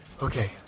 Okay